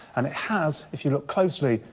and it has, if you look closely,